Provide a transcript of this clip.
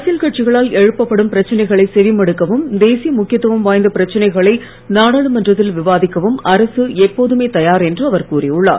அரசியல் கட்சிகளால் எழுப்பப்படும் பிரச்சனைகளை செவி மடுக்கவும் தேசிய ழுக்கியத்துவம் வாய்ந்த பிரச்சனைகளை நாடாளுமன்றத்தில் விவாதிக்கவும் அரசு எப்போதுமே தயார் என்று அவர் கூறி உள்ளார்